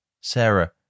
Sarah